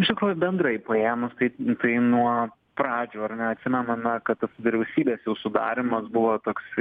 iš tikrųjų bendrai paėmus tai tai nuo pradžių ar ne atsimename kad tas vyriausybės jau sudarymas buvo toks